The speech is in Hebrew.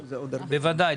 כן, בוודאי.